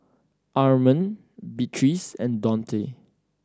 Armond Beatriz and Donte